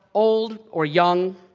old or young.